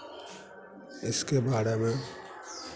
इसके बारे में